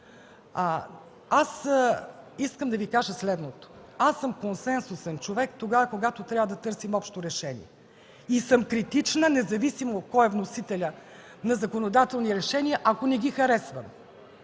Искам да Ви кажа следното. Аз съм консенсусен човек тогава, когато трябва да търсим общо решение, и съм критична, независимо кой е вносителят на законодателни решения, ако не ги харесвам.